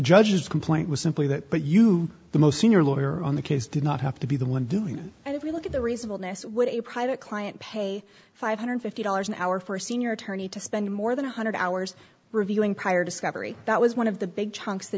judge's complaint was simply that but you the most senior lawyer on the case did not have to be the one doing it and if you look at the reasonableness would a private client pay five hundred and fifty dollars an hour for a senior attorney to spend more than one hundred hours reviewing prior discovery that was one of the big chunks the